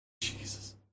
Jesus